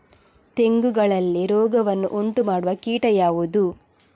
ತೆಂಗುಗಳಲ್ಲಿ ರೋಗವನ್ನು ಉಂಟುಮಾಡುವ ಕೀಟ ಯಾವುದು?